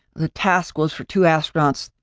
the task was for two astronauts,